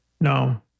No